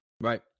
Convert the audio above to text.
Right